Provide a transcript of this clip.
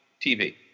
TV